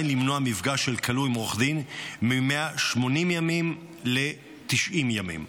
למנוע מפגש של כלוא עם עורך דין מ-180 ימים ל-90 ימים.